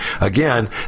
Again